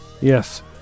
Yes